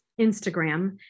Instagram